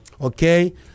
Okay